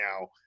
now